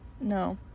No